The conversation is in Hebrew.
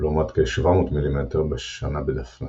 לעומת כ-700 מ"מ בשנה בדפנה,